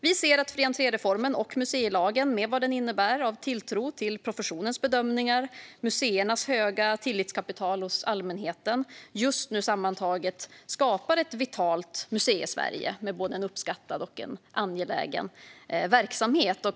Vi ser att fri-entré-reformen och museilagen, med det som den innebär av tilltro till professionens bedömningar, samt museernas höga tillitskapital hos allmänheten just nu sammantaget skapar ett vitalt Museisverige med en både uppskattad och angelägen verksamhet.